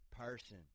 person